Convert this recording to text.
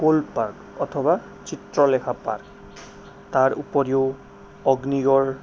কোল park অথবা Chitralekha park তাৰ উপৰিও অগ্নিগড়